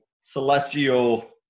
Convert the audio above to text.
Celestial